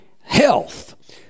health